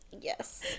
Yes